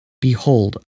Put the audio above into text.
behold